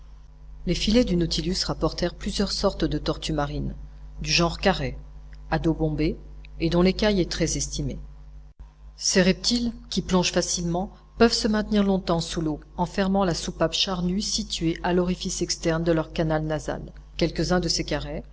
les filets du nautilus rapportèrent plusieurs sortes de tortues marines du genre caret à dos bombé et dont l'écaille est très estimée ces reptiles qui plongent facilement peuvent se maintenir longtemps sous l'eau en fermant la soupape charnue située à l'orifice externe de leur canal nasal quelques-uns de ces carets